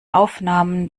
aufnahmen